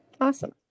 Awesome